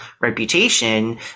reputation